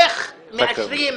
איך מאשרים ---?